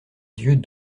yeux